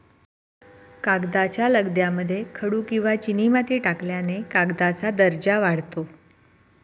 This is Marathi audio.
कागदाच्या लगद्यामध्ये खडू किंवा चिनीमाती टाकल्याने कागदाचा दर्जा वाढतो